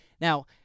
Now